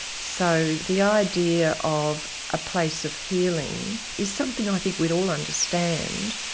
so the idea of a place of healing is something i think we'd all understand,